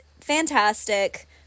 fantastic